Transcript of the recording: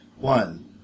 one